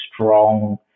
strong